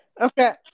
Okay